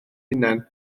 hunan